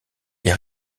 les